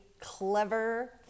clever